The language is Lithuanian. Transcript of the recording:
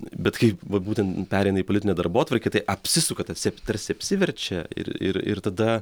bet kai vat būtent pereina į politinę darbotvarkę tai apsisuka tarsi tarsi apsiverčia ir ir ir tada